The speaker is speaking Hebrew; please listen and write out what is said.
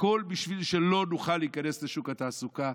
הכול בשביל שלא נוכל להיכנס לשוק התעסוקה,